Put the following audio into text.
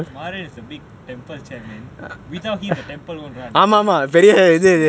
mother is the big temple chairman without him the temple won't run okay